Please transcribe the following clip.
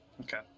Okay